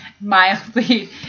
mildly